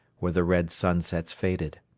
where the red sunsets faded.